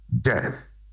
death